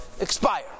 expire